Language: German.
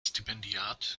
stipendiat